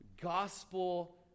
gospel